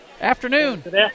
Afternoon